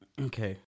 Okay